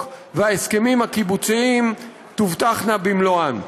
וההסכמים הקיבוציים תובטחנה במלואן.